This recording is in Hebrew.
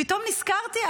פתאום נזכרתי,